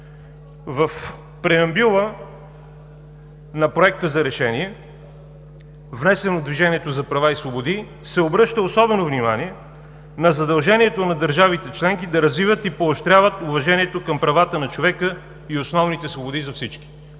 В преамбюла на Проекта за решение, внесен от „Движението за права и свободи“, се обръща особено внимание на задължението на държавите членки да развиват и поощряват уважението към правата на човека и основните свободи за всички.